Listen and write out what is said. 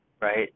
right